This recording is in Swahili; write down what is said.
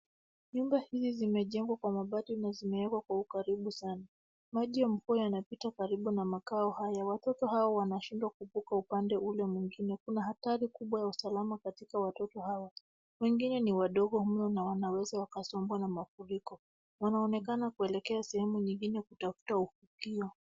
Nyumba hizi zimejengwa kwa mabati na zimewekwa kwa ukaribu sana. Maji ya mvua yanapita karibu na makao haya. Watoto hawa wanashindwa kuvuka upande ule mwingine. Kuna hatari kubwa ya usalama katika watoto hawa. Wengine ni wadogo mno na wanaweza wakasombwa na mafuriko. Wanaonekana kuelekea sehemu nyingine kutafta uvukio.